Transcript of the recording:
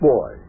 Boy